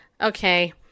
Okay